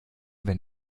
wenn